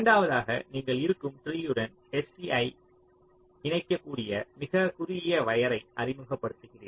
இரண்டாவதாக நீங்கள் இருக்கும் ட்ரீயுடன் sc ஐ இணைக்கக்கூடிய மிகக் குறுகிய வயர் யை அறிமுகப்படுத்துகிறீர்கள்